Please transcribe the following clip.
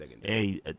Hey